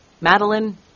Madeline